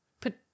put